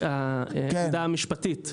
העמדה המשפטית,